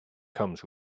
comes